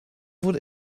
wurde